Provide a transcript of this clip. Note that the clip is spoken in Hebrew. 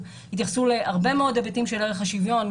התייחסו להרבה מאוד היבטים של ערך השוויון.